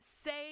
say